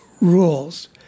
rules